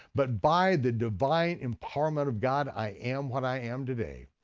but by the divine empowerment of god, i am what i am today.